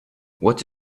what